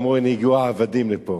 אמרו: הנה הגיעו העבדים לפה.